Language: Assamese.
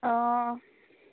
অঁ